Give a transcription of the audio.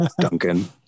Duncan